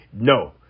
No